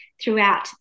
throughout